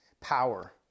power